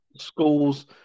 schools